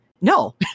No